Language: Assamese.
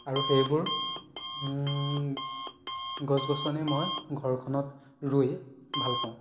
আৰু সেইবোৰ গছ গছনি মই ঘৰখনত ৰুই ভাল পাওঁ